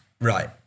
Right